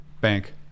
bank